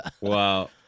Wow